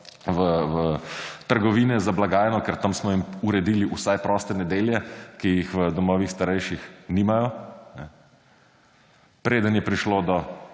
v trgovine za blagajno, ker tam smo jim uredili vsaj proste nedelje, ki jih v domovih starejših nimajo preden je prišlo do